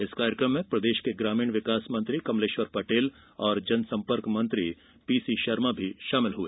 इस कार्यक्रम में प्रदेश के ग्रामीण विकास मंत्री कमलेश्वर पटेल और जनसंपर्क मंत्री पीसी शर्मा भी शामिल हुए